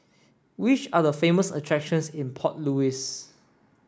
which are the famous attractions in Port Louis